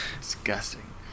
Disgusting